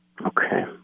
Okay